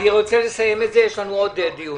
אני רוצה לסיים את זה, יש לנו עוד דיון.